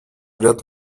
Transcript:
ряд